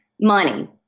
money